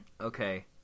Okay